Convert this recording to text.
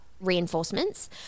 reinforcements